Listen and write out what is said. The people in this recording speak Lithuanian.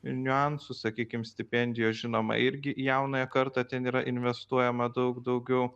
niuansų sakykim stipendijos žinoma irgi į jaunąją kartą ten yra investuojama daug daugiau